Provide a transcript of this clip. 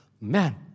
man